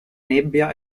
nebbia